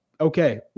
okay